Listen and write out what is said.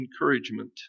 encouragement